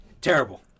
Terrible